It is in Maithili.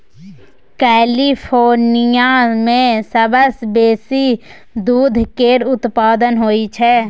कैलिफोर्निया मे सबसँ बेसी दूध केर उत्पाद होई छै